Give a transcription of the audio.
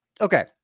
Okay